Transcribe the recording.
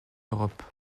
europe